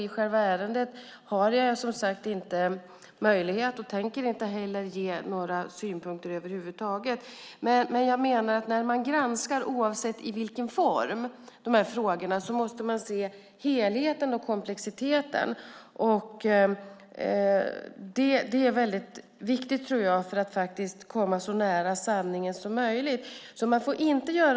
I själva ärendet har jag inte möjlighet att ge några synpunkter över huvud taget och tänker heller inte göra det. Oavsett i vilken form man granskar de här frågorna måste man se helheten och komplexiteten. Det är väldigt viktigt för att komma så nära sanningen som möjligt.